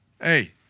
hey